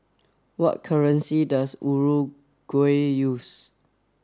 what currency does Uruguay use